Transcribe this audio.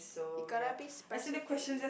you got to be specific